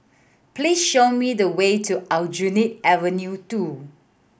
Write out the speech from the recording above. please show me the way to Aljunied Avenue Two